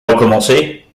recommencer